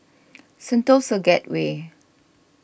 Sentosa Gateway